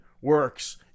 works